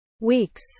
weeks